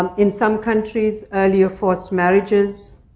um in some countries, early or forced marriages,